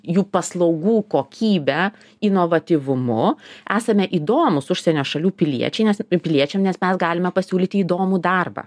jų paslaugų kokybe inovatyvumu esame įdomūs užsienio šalių piliečiai nes piliečiam nes mes galime pasiūlyti įdomų darbą